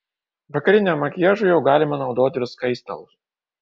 vakariniam makiažui jau galima naudoti ir skaistalus